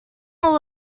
all